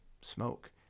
smoke